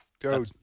Go